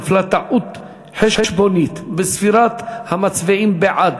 נפלה טעות חשבונית בספירת המצביעים בעד.